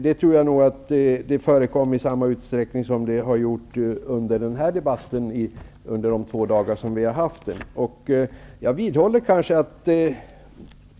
Jag tror att detta förekom i samma utsträckning som varit fallet under de här två dagarnas debatt.